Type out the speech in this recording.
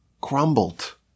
crumbled